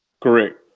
correct